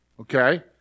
Okay